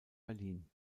berlin